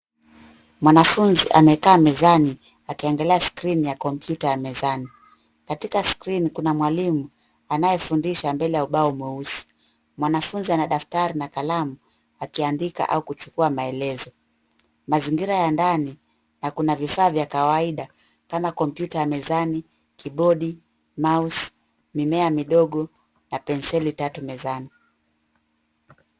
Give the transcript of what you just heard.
Mwanafunzi amekaa mezani, akiangalia skrini ya kompyuta mezani. Katika skrini, kuna mwalimu anayefundisha mbele ya ubao mweusi. Mwanafunzi ana daftari na kalamu, akiandika au kuchukua maelezo. Mazingira ya ndani, na kuna vifaa vya kawaida kama kompyuta ya mezani, kibodi, mouse , mimea midogo, na penseli tatu mezani.